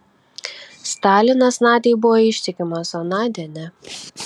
stalinas nadiai buvo ištikimas o nadia ne